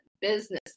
business